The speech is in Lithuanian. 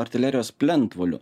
artilerijos plentvoliu